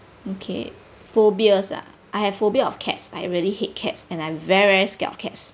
okay phobias ah I have phobia of cats I really hate cats and I very very scared of cats